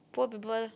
poor people